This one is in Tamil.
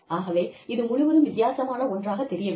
ஆகவே இது முழுவதும் வித்தியாசமான ஒன்றாக தெரியவில்லை